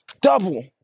Double